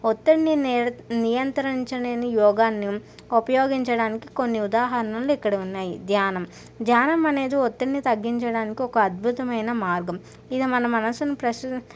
ఒత్తిడిని నియన్ నియంత్రించలేని యోగాన్ని ఉపయోగించడానికి కొన్ని ఉదాహరణలు ఇక్కడ ఉన్నాయి ధ్యానం ధ్యానం అనేది ఒత్తిడిని తగ్గించడానికి ఒక అద్భుతమైన మార్గం ఇది మన మనసుని ప్రసు